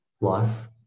life